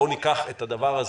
בואו ניקח את הדבר הזה,